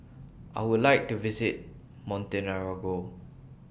I Would like to visit Montenegro